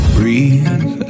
Breathe